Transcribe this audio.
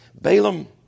balaam